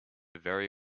very